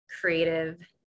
creative